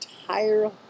entire